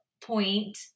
point